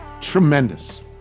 Tremendous